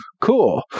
cool